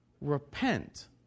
repent